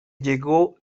llegó